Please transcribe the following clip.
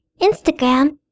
Instagram